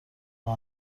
راه